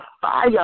fire